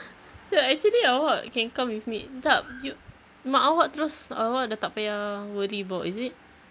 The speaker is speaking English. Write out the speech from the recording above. ya actually awak can come with me jap you mak awak terus awak dah tak payah worry about is it